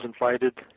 invited